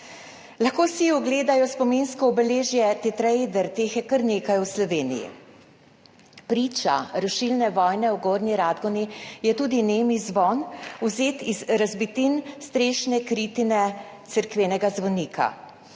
Lahko si ogledajo spominsko obeležje tetraeder, teh je kar nekaj v Sloveniji. Priča rušilne vojne v Gornji Radgoni je tudi nemi zvon, vzet iz razbitin strešne kritine cerkvenega zvonika.